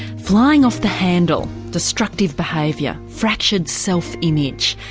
flying off the handle, destructive behaviour, fractured self image.